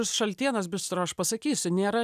šaltienos bistro aš pasakysiu nėra